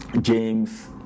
James